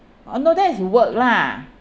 oh no that is work lah